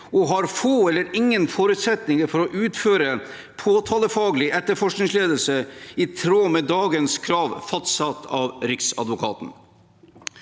og har få eller ingen forutsetninger for å utføre påtalefaglig etterforskningsledelse i tråd med dagens krav fastsatt av Riksadvokaten.